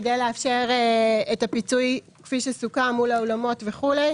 כדי לאפשר את הפיצוי כפי שסוכם מול האולמות וכו',